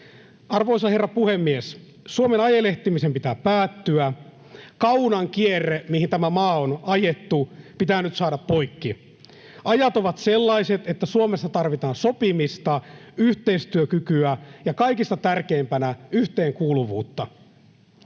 Arvoisa herra puhemies! Suomen ajelehtimisen pitää päättyä. Kaunan kierre, mihin tämä maa on ajettu, pitää nyt saada poikki. Ajat ovat sellaiset, että Suomessa tarvitaan sopimista, yhteistyökykyä ja kaikista tärkeimpänä yhteenkuuluvuutta.